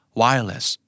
wireless